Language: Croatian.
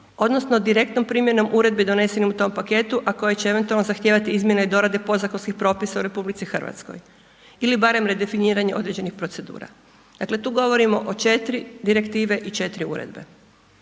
odnosno direktnom primjenom uredbe donesenom u tom paketu, a koje će eventualno zahtijevati izmjene i dorade podzakonskih propisa u RH ili barem redefiniranje određenih procedura. Dakle, tu govorimo o 4 Direktive i 4 Uredbe.